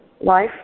Life